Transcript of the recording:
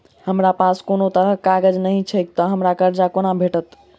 हमरा पास कोनो तरहक कागज नहि छैक हमरा कर्जा कोना भेटत?